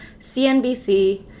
CNBC